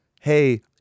hey